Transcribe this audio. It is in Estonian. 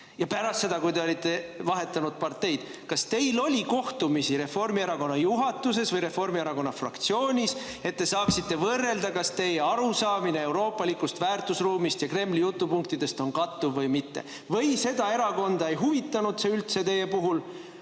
ja pärast seda, kui te olite vahetanud parteid, oli kohtumisi Reformierakonna juhatuses või Reformierakonna fraktsioonis, et te saaksite võrrelda, kas teie arusaamine euroopalikust väärtusruumist ja Kremli jutupunktidest on kattuv või mitte? Või seda erakonda ei huvitanud see üldse teie puhul?